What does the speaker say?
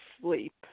sleep